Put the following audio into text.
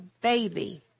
baby